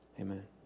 amen